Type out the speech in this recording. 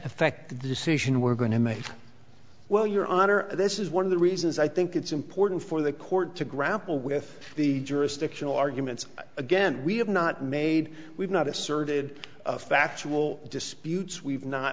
affect the decision we're going to make well your honor this is one of the reasons i think it's important for the court to grapple with the jurisdictional arguments again we have not made we've not asserted factual disputes we've not